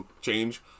change